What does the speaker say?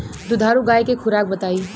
दुधारू गाय के खुराक बताई?